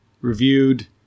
Reviewed